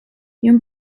une